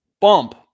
bump